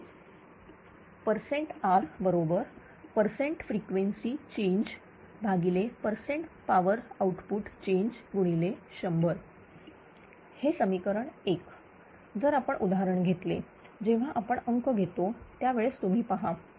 म्हणजेच Percent Rpercent frequency changepercent power output change100 हे समीकरण एक जर आपण उदाहरण घेतले जेव्हा आपण अंक घेतो त्यावेळेस तुम्ही पहा